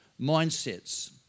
mindsets